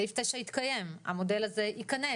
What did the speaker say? סעיף 9 יתקיים, המודל הזה ייכנס.